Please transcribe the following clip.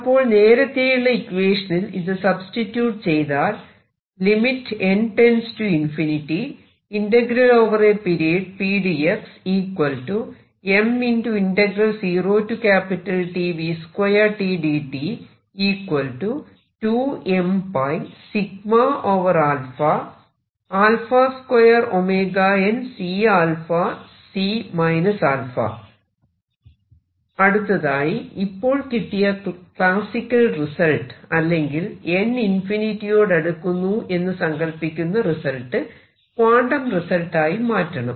അപ്പോൾ നേരത്തെയുള്ള ഇക്വേഷനിൽ ഇത് സബ്സ്റ്റിട്യൂട് ചെയ്താൽ അടുത്തതായി ഇപ്പോൾ കിട്ടിയ ക്ലാസിക്കൽ റിസൾട്ട് അല്ലെങ്കിൽ n ഇൻഫിനിറ്റി യോടടുക്കുന്നു എന്ന് സങ്കൽപ്പിക്കുന്ന റിസൾട്ട് ക്വാണ്ടം റിസൾട്ടായി മാറ്റണം